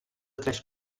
tres